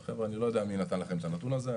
חבר'ה, אני לא יודע מי נתן לכם את הנתון הזה.